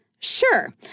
Sure